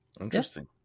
Interesting